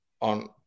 on